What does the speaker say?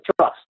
trust